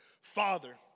Father